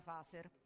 Faser